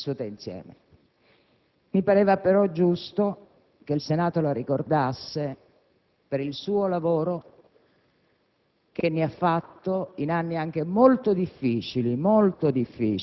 luoghi, troppe tappe vissute insieme. Mi pareva, però, giusto che il Senato la ricordasse per il suo lavoro,